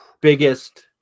biggest